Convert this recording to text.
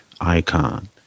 icon